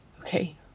okay